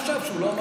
שהוא לא אמר את זה.